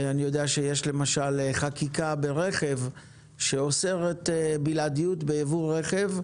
אני יודע שיש חקיקה ברכב שאוסרת בלעדיות בייבוא רכב,